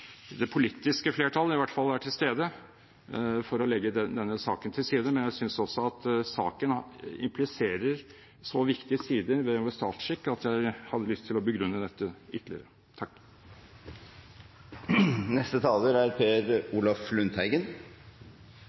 det politiske flertallet er til stede for å legge denne saken til side, men jeg synes denne saken impliserer så viktige sider ved vår statsskikk, at jeg hadde lyst til å begrunne dette ytterligere. Prinsipielt vil jeg si at det er